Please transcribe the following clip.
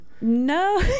no